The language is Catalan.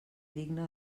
digna